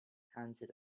handed